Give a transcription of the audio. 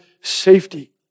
safety